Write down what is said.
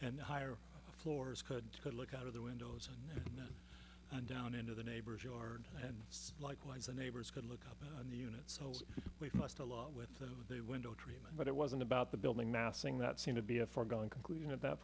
and higher floors could could look out of the windows and down into the neighbor's yard and likewise the neighbors could look up the unit cells we must along with the window treatment but it wasn't about the building massing that seem to be a foregone conclusion at that